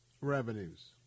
revenues